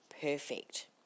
perfect